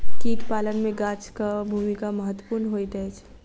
कीट पालन मे गाछक भूमिका महत्वपूर्ण होइत अछि